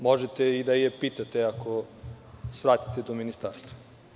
Možete i da je pitate, ako svratite do ministarstva.